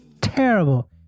Terrible